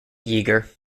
yeager